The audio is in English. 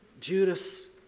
Judas